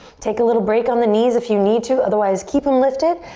take a little break on the knees if you need to, otherwise keep em lifted.